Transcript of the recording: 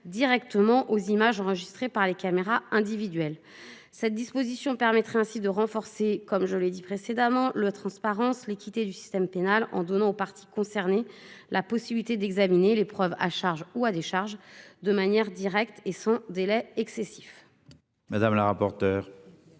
directement aux images enregistrées par les caméras individuelles. Cette disposition permettrait ainsi de renforcer, comme je l'ai dit précédemment, la transparence, l'équité du système pénal en donnant aux parties concernées, la possibilité d'examiner les preuves à charge ou à décharge de manière directe et sans délai excessif.